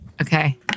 Okay